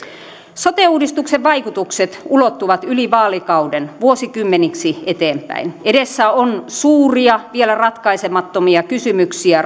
sote uudistuksen vaikutukset ulottuvat yli vaalikauden vuosikymmeniksi eteenpäin edessä on suuria vielä ratkaisemattomia kysymyksiä